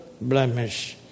blemish